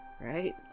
right